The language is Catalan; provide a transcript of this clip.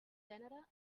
gènere